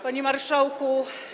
Panie Marszałku!